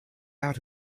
out